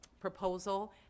proposal